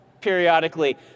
periodically